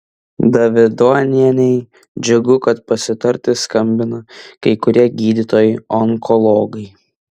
davidonienei džiugu kad pasitarti skambina kai kurie gydytojai onkologai